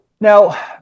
Now